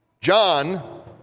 John